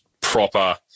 proper